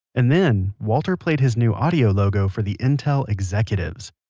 and then walter played his new audio logo for the intel executives.